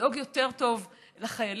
לדאוג יותר טוב לחיילים,